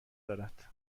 دارد